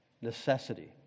Necessity